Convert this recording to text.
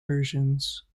versions